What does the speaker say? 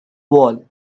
wall